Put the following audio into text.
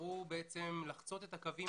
שבחרו לחצות את הקווים,